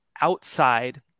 outside